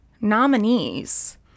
nominees